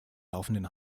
laufenden